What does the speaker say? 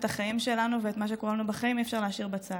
את החיים שלנו ואת מה שקורה לנו בחיים אי-אפשר להשאיר בצד,